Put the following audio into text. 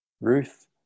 Ruth